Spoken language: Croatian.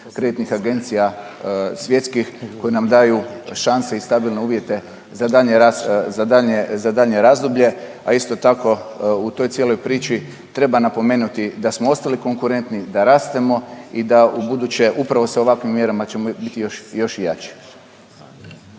kreditnih agencija svjetskih, koje nam daju šanse i stabilne uvjete za daljnji ras…, za daljnje, za daljnje razdoblje, a isto tako u toj cijeloj priči treba napomenuti da smo ostali konkurentni, da rastemo i da ubuduće upravo sa ovakvi mjerama ćemo biti još, još